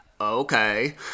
okay